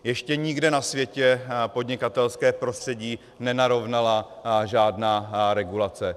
Ještě nikde na světě podnikatelské prostředí nenarovnala žádná regulace.